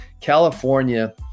california